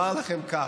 אומר לכם כך,